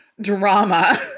drama